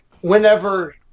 whenever